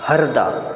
Harda